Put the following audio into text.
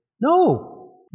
No